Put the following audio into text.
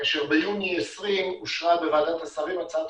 כאשר ביוני 20 אושרה בוועדת השרים הצעת